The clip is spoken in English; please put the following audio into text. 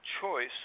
choice